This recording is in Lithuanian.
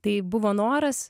tai buvo noras